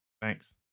Thanks